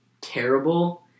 terrible